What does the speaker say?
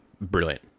brilliant